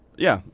yeah,